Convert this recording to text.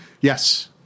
Yes